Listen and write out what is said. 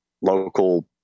local